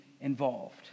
involved